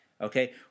Okay